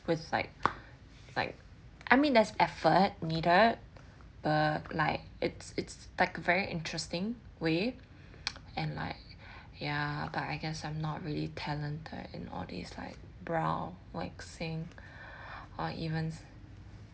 with like like I mean that's effort needed but like it's it's like very interesting way and like ya but I guess I'm not really talented in all this like brow waxing or even